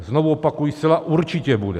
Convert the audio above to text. Znovu opakuji, zcela určitě bude.